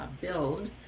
build